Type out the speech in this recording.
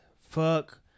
fuck